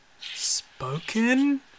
spoken